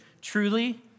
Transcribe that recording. truly